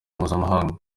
mpuzamahanga